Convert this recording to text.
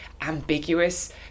ambiguous